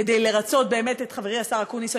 כדי לרצות את חברי השר אקוניס.